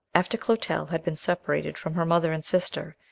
after clotel had been separated from her mother and sister,